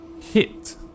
hit